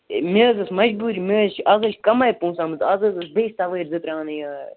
A مےٚ حظ ٲس مَجبوٗری مےٚ حظ چھِ آز حظ چھِ کَمَے پونٛسہٕ آمٕتۍ آز حظ ٲس بیٚیہِ سَوٲرۍ زٕ ترٛےٚ اَنٕنۍ